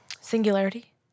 Singularity